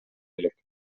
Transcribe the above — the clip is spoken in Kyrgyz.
элек